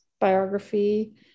biography